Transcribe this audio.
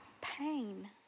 pain